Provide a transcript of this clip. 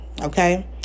Okay